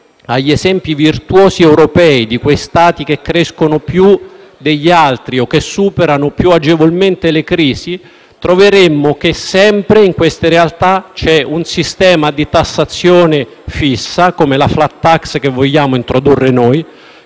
agli esempi virtuosi europei di quegli Stati che crescono più degli altri o che superano più agevolmente le crisi, troveremmo che in queste realtà c'è sempre un sistema di tassazione fissa, come la *flat tax* che vogliamo introdurre noi,